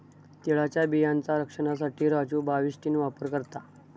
तिळाच्या बियांचा रक्षनासाठी राजू बाविस्टीन वापर करता